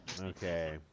Okay